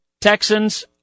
Texans